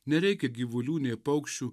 nereikia gyvulių nei paukščių